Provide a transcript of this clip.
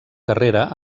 carrera